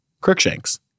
Crookshanks